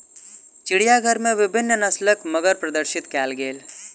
चिड़ियाघर में विभिन्न नस्लक मगर प्रदर्शित कयल गेल